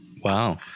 Wow